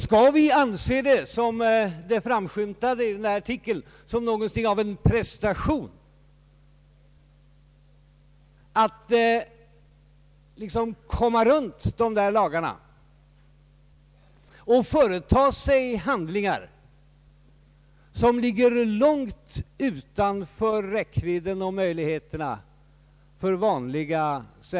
Skall vi anse det — som framskymtar i den nämnda artikeln — som något av en prestation att liksom komma runt dessa lagar och företa handlingar som ligger långt utanför räckvidden och möjligheterna för vanliga Ang.